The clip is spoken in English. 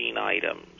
items